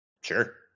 Sure